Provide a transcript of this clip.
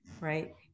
Right